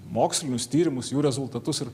mokslinius tyrimus jų rezultatus ir